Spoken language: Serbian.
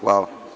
Hvala.